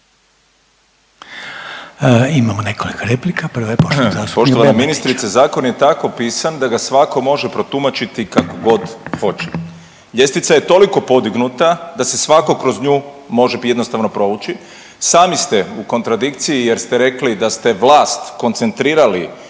Davor (Socijaldemokrati)** Poštovana ministrice, zakon je tako pisan da ga svako protumačiti kakogod hoće. Ljestvica je toliko podignuta da se svako kroz nju može jednostavno provući. Sami ste u kontradikciji jer ste rekli da ste vlast koncentrirali